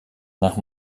nach